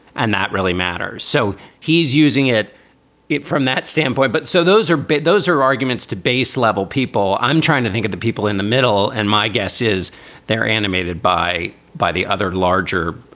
and that really matters. so he's using it it from that standpoint. but so those are big. those are arguments to base level people. i'm trying to think of the people in the middle. and my guess is they're animated by by the other larger